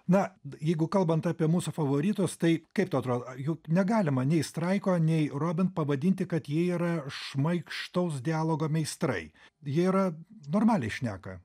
na jeigu kalbant apie mūsų favoritus tai kaip tau atrodo juk negalima nei straiko nei robin pavadinti kad jie yra šmaikštaus dialogo meistrai jie yra normaliai šneka